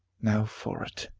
now for it.